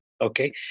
Okay